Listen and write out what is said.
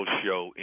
show